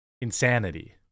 insanity